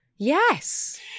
Yes